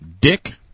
Dick